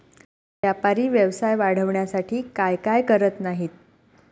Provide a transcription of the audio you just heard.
व्यापारी व्यवसाय वाढवण्यासाठी काय काय करत नाहीत